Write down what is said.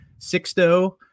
Sixto